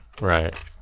right